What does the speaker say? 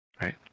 right